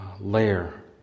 layer